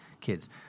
kids